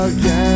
Again